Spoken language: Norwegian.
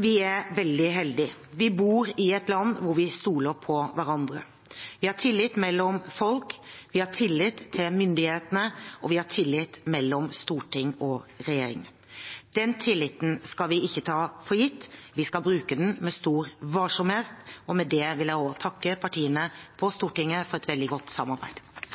Vi er veldig heldige. Vi bor i et land hvor vi stoler på hverandre. Vi har tillit mellom folk, vi har tillit til myndighetene, og vi har tillit mellom storting og regjering. Den tilliten skal vi ikke ta for gitt, vi skal bruke den med stor varsomhet. Med det vil jeg takke partiene på Stortinget for et